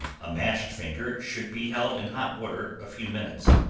a mashed finger should be held in hot water a few minutes.